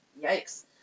Yikes